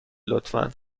لطفا